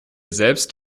selbst